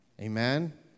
Amen